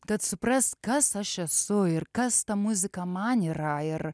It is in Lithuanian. kad suprast kas aš esu ir kas ta muzika man yra ir